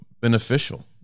beneficial